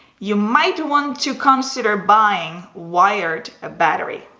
you might want to consider buying wired battery.